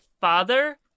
father